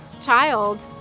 child